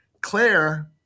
Claire